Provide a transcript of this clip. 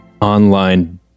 online